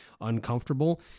uncomfortable